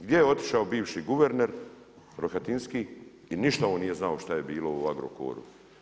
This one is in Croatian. Gdje je otišao bivši guverner Rohatinski i ništa on nije znao što je bilo u Agrokoru.